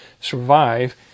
survive